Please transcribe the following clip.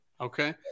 Okay